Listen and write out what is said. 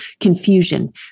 confusion